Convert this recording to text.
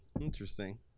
Interesting